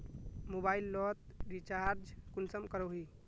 Mobile लोत recharge कुंसम करोही?